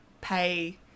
pay